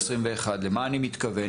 למה אני מתכוון?